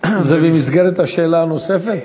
זה במסגרת השאלה הנוספת?